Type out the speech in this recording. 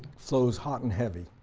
flows hot and heavy.